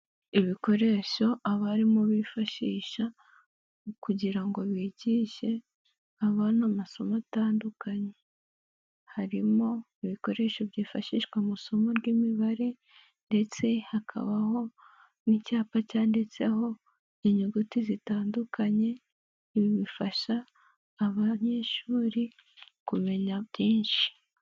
Ibikoresho abarimu bifashisha kugira ngo bigishe abana amasomo atandukanye, harimo ibikoresho byifashishwa mu isomo ry'imibare ndetse hakabaho n'icyapa cyanditseho inyuguti zitandukanye, ibi bifasha abanyeshuri kumenya byinshi.